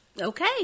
Okay